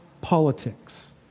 politics